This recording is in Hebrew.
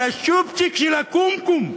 על הצ'ופצ'יק של הקומקום.